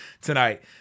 tonight